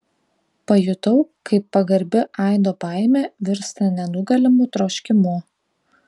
pajutau kaip pagarbi aido baimė virsta nenugalimu troškimu